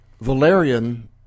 valerian